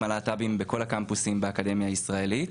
הלהט"בים בכל הקמפוסים באקדמיה הישראלית,